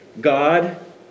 god